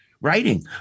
Writing